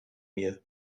mir